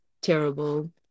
terrible